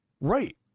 right